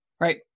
right